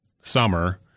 summer